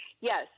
Yes